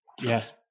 Yes